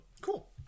cool